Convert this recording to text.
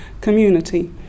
community